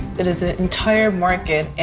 it is an entire market,